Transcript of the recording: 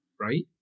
Right